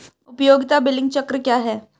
उपयोगिता बिलिंग चक्र क्या है?